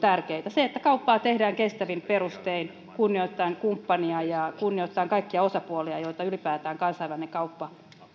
tärkeitä että kauppaa tehdään kestävin perustein kunnioittaen kumppania ja kunnioittaen kaikkia osapuolia joita ylipäätään kansainvälinen kauppa